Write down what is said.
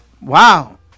Wow